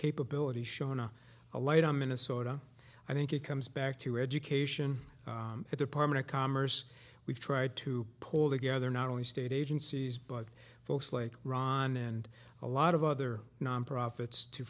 capability shona a light on minnesota i think it comes back to education department of commerce we've tried to pull together not only state agencies but folks like ron and a lot of other nonprofits to